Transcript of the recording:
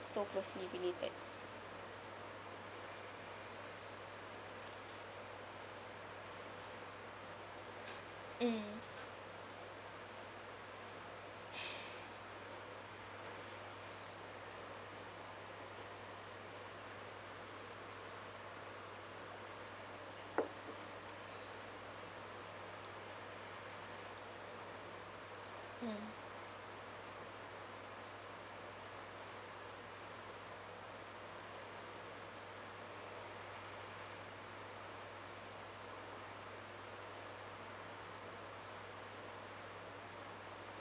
so closely related mm mm